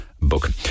book